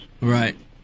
Right